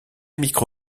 micro